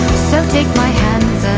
so take my hands